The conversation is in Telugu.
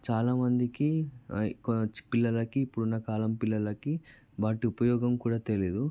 చాలామందికి ఎక్కువ పిల్లలకి ఇప్పుడు ఉన్న కాలం పిల్లలకి వాటి ఉపయోగం కూడా తెలియదు